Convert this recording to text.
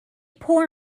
poor